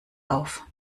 auf